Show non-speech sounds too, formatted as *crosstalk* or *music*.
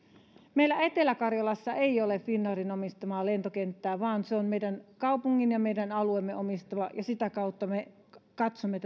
meillä etelä karjalassa ei ole finnairin omistamaan lentokenttää vaan se on kaupungin ja meidän alueemme omistama ja sitä kautta me katsomme *unintelligible*